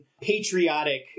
patriotic